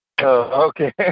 okay